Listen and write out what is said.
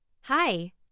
Hi